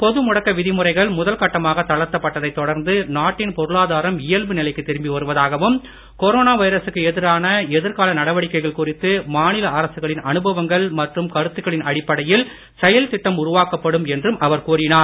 பொதுமுடக்க விதிமுறைகள் தளர்த்தப்பட்டதைத் தொடர்ந்து நாட்டின் பொருளாதாரம் இயல்பு நிலைக்கு திரும்பி வருவதாகவும் கொரோனா வைரசுக்கு எதிரான எதிர்கால நடவடிக்கைகள் குறித்து மாநில அரசுகளின் அனுபவங்கள் மற்றும் கருத்துக்களின் அடிப்படையில் செயல்திட்டம் உருவாக்கப்படும் என்றும் அவர் கூறினார்